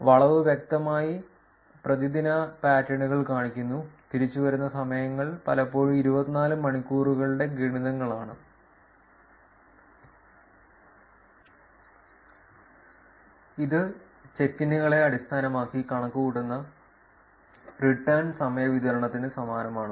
വളവ് വ്യക്തമായി പ്രതിദിന പാറ്റേണുകൾ കാണിക്കുന്നു തിരിച്ചുവരുന്ന സമയങ്ങൾ പലപ്പോഴും 24 മണിക്കൂറുകളുടെ ഗുണിതങ്ങളാണ് ഇത് ചെക്ക് ഇന്നുകളെ അടിസ്ഥാനമാക്കി കണക്കുകൂട്ടുന്ന റിട്ടേൺ സമയ വിതരണത്തിന് സമാനമാണ്